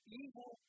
evil